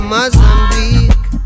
Mozambique